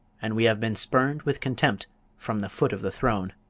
and we have been spurned with contempt from the foot of the throne.